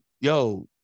yo